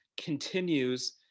continues